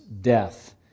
death